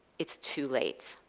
it's too late.